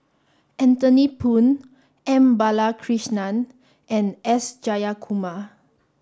Anthony Poon M Balakrishnan and S Jayakumar